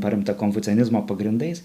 paremta konfucianizmo pagrindais